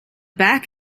back